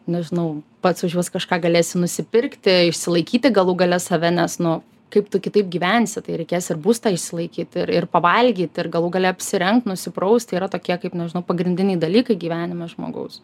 nežinau pats už juos kažką galėsi nusipirkti išsilaikyti galų gale save nes nu kaip tu kitaip gyvensi tai reikės ir būstą išsilaikyt ir ir pavalgyt ir galų gale apsirengt nusipraust yra tokie kaip nežinau pagrindiniai dalykai gyvenime žmogaus